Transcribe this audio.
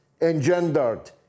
engendered